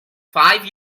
five